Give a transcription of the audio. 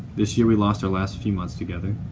this year we lost our last few months together,